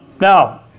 now